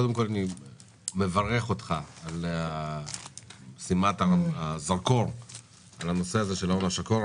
אני מברך אותך על שימת הזרקור על הנושא הזה של ההון השחור.